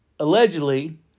Allegedly